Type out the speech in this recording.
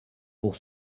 pour